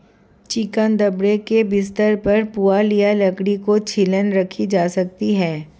chicken दड़बे के बिस्तर पर पुआल या लकड़ी की छीलन रखी जा सकती है